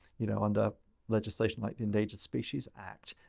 you know, under legislation like the endangered species act